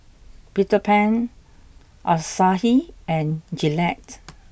Peter Pan Asahi and Gillette